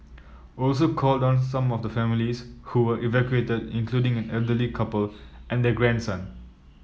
also called on some of the families who were evacuated including an elderly couple and their grandson